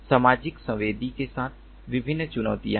सामाजिक संवेदी के साथ विभिन्न चुनौतियां हैं